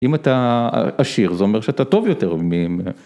אם אתה עשיר, זאת אומרת שאתה טוב יותר מ...